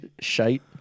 shite